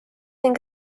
ning